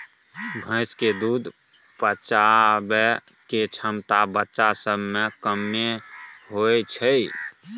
भैंस के दूध पचाबइ के क्षमता बच्चा सब में कम्मे होइ छइ